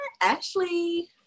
Ashley